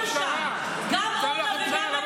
אתה יכול לצעוק עד מחר "אחים".